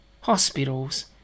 hospitals